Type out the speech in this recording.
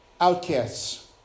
Outcasts